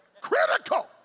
Critical